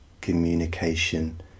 communication